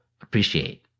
appreciate